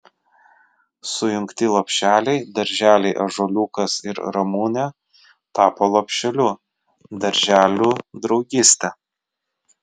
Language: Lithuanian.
sujungti lopšeliai darželiai ąžuoliukas ir ramunė tapo lopšeliu darželiu draugystė